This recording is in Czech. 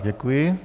Děkuji.